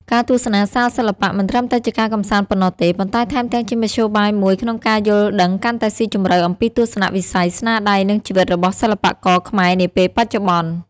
ការទស្សនាសាលសិល្បៈមិនត្រឹមតែជាការកម្សាន្តប៉ុណ្ណោះទេ ប៉ុន្តែថែមទាំងជាមធ្យោបាយមួយក្នុងការយល់ដឹងកាន់តែស៊ីជម្រៅអំពីទស្សនៈវិស័យ ស្នាដៃ និងជីវិតរបស់សិល្បករខ្មែរនាពេលបច្ចុប្បន្ន។